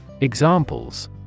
Examples